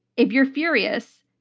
if you're furious,